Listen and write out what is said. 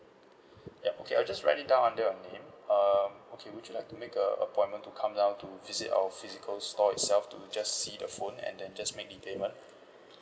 yup okay I'll just write it down under your name uh okay would you like to make a appointment to come down to visit our physical store itself to just see the phone and then just make the payment